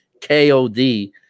KOD